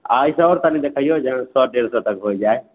आ एहिसे आओर कनी देखियौ सए डेढ़ सए तक हो जाइ